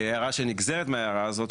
הערה שנגזרת מההערה הזאת,